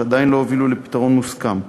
שעדיין לא הובילו לפתרון מוסכם.